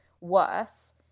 worse